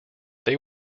they